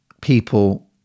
people